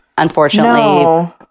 Unfortunately